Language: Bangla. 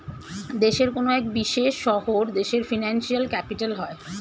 দেশের কোনো এক বিশেষ শহর দেশের ফিনান্সিয়াল ক্যাপিটাল হয়